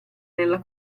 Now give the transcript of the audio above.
nella